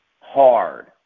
hard